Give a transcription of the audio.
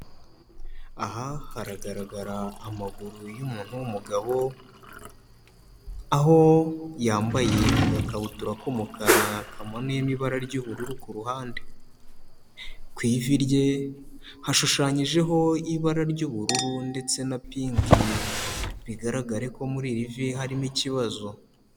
Aha haragaragara amaguru y'umuntu w'umugabo, aho yambaye agakabutura k'umukara kamanuyemo ibara ry'ubururu ku ruhande. Ku ivi rye hashushanyijeho ibara ry'ubururu ndetse na pinki. Bigaragare ko muri iri vi harimo ikibazo.